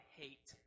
hate